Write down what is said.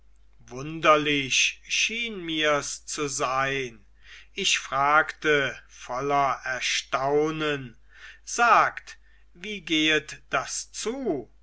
wunderlich schien mirs zu sein ich fragte voller erstaunen sagt wie gehet das zu